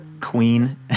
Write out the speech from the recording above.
Queen